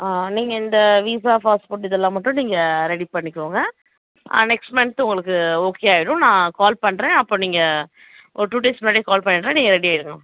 ஆ நீங்கள் இந்த visa passport இதெல்லாம் மட்டும் நீங்கள் ரெடி பண்ணிக்கோங்க நெக்ஸ்ட் மந்த்து உங்களுக்கு ஓகே ஆயிரும் நான் கால் பண்ணுறேன் அப்போ நீங்கள் ஒரு டூ டேஸ் முன்னாடியே கால் பண்ணிவிட்றேன் நீங்கள் ரெடி ஆயிரணும்